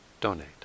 donate